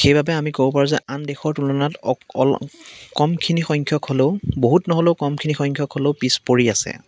সেইবাবে আমি ক'ব পাৰোঁ যে আন দেশৰ তুলনাত অলপ কমখিনি সংখ্যক হ'লেও বহুত নহ'লেও কমখিনি সংখ্যক হ'লেও পিচ পৰি আছে